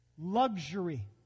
luxury